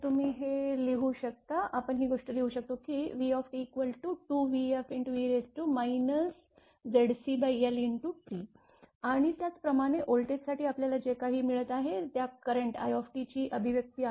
तर तुम्ही हे लिहू शकतो की आपण ही गोष्ट लिहू शकतो की vt2vfe t आणि त्याचप्रमाणे व्होल्टेजसाठी आपल्याला जे काही मिळत आहे त्या करंट i ची अभिव्यक्ती आहे